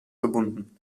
verbunden